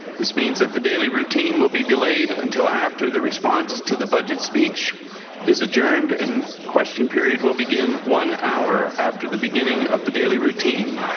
this means that the daily routine will be delayed until after the response to the budget speech is adjourned and question period will begin one hour after the beginning of the daily routine.